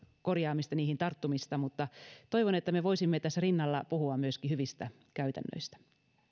korjaamista niihin tarttumista mutta toivon että me voisimme tässä rinnalla puhua myöskin hyvistä käytännöistä